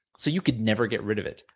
so you could never get rid of it.